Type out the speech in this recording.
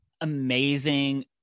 Amazing